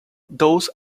those